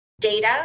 data